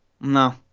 No